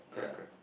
correct correct